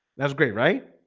that's great. right